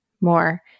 more